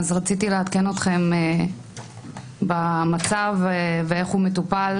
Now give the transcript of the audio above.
רציתי לעדכן אתכם במצב ואיך הוא מטופל,